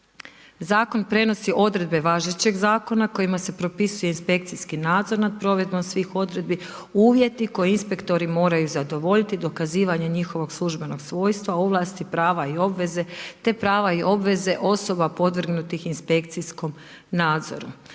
Zakon prenosi odredbe važećeg zakona kojima se propisuje inspekcijski nadzor nad provedbom svih odredbi, uvjeti koje inspektori moraju zadovoljiti dokazivanje njihovog službenog svojstva, ovlasti, prava i obveze te prava i obveze osoba podvrgnutih inspekcijskom nadzoru.